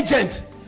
agent